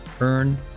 Earn